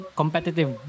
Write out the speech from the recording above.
competitive